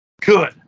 Good